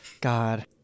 God